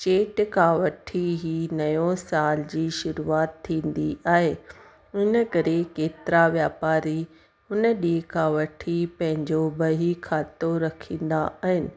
चेट खां वठी ई नओं साल जी शुरूआति थींदी आहे इन करे केतिरा वापारु उन ॾींहं खां वठी पंहिंजो बहीख़ातो रखंदा आहिनि